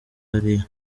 hariya